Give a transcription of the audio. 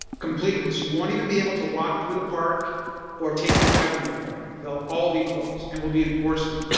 completely. so you won't even be able to walk through the park or take your bike through the park. they'll all be closed and we'll be enforcing.